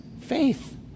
faith